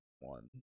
one